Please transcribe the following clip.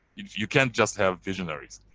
you can't just have visionaries.